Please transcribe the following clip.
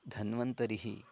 धन्वन्तरिः